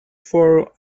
for